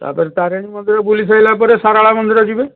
ତା'ପରେ ତାରିଣୀ ମନ୍ଦିର ବୁଲି ସାରିଲା ପରେ ଶାରଳା ମନ୍ଦିର ଯିବେ